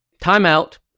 timeout.